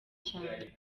cyane